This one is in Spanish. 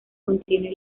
contiene